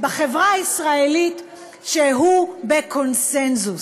בחברה הישראלית שהוא בקונסנזוס.